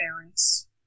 parents